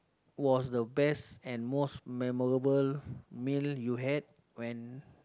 was the best and most memorable meal you had when